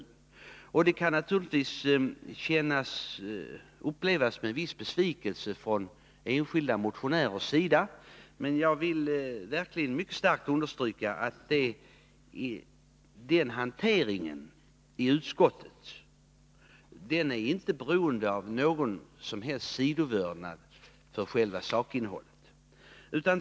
Det kan naturligtvis upplevas som en besvikelse av enskilda motionärer, men jag vill verkligen mycket starkt betona att den hanteringen i utskottet inte beror på någon som helst sidovördnad för själva sakinnehållet.